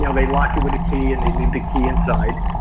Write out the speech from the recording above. yeah um they lock it with a key and they leave the key inside.